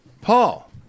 paul